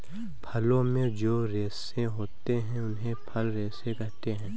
फलों में जो रेशे होते हैं उन्हें फल रेशे कहते है